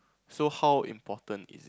so how important is